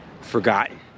forgotten